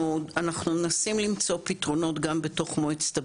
אנחנו מנסים למצוא פתרונות גם בתוך מועצת הבריאות,